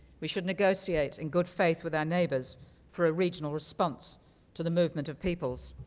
we should negotiate, in good faith, with our neighbors for a regional response to the movement of peoples.